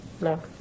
No